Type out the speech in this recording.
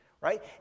right